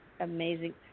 Amazing